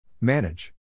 Manage